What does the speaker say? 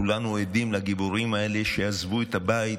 כולנו עדים לגיבורים האלה שעזבו את הבית